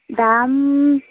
দাম